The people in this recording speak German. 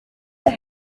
der